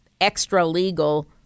extra-legal